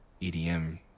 EDM